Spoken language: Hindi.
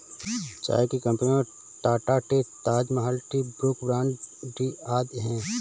चाय की कंपनियों में Tata tea, Taj Mahal tea, Brooke Bond tea आदि है